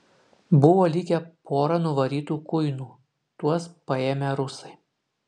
buvo likę pora nuvarytų kuinų tuos paėmę rusai